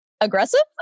aggressive